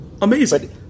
Amazing